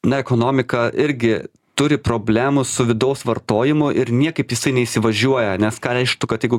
na ekonomika irgi turi problemų su vidaus vartojimu ir niekaip jisai neįsivažiuoja nes ką reikštų kad jeigu